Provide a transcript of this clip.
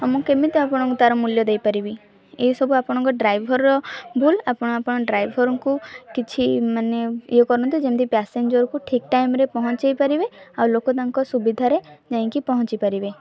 ଆଉ ମୁଁ କେମିତି ତା'ର ମୂଲ୍ୟ ଦେଇପାରିବି ଏହି ସବୁ ଆପଣଙ୍କ ଡ୍ରାଇଭରର ଭୁଲ ଆପଣ ଆପଣଙ୍କ ଡ୍ରାଇଭରଙ୍କୁ କିଛି ମାନେ ଇଏ କରନ୍ତୁ ଯେମତି ପାସେଞ୍ଜରକୁ ଠିକ୍ ଟାଇମ୍ରେ ପହଞ୍ଚାଇପାରିବେ ଆଉ ଲୋକ ତାଙ୍କ ସୁବିଧାରେ ଯାଇଁକି ପହଞ୍ଚିପାରିବେ